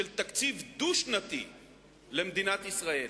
של תקציב דו-שנתי למדינת ישראל.